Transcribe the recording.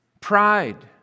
Pride